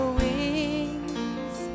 wings